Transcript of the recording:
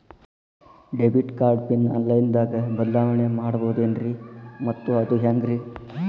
Debit card pin online ದಾಗ ಬದಲಾವಣೆ ಮಾಡಬಹುದೇನ್ರಿ ಮತ್ತು ಅದು ಹೆಂಗ್ರಿ?